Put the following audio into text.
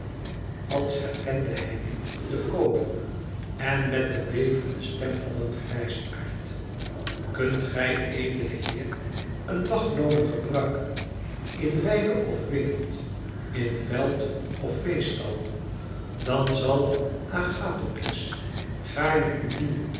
als herkende hij niet den koning en met de bevende stem van een grijsaard kunt gij edele heer een dagloon er gebruiken in weide of wingerd in veld of veestal dan zal agathokles gaarne u dienen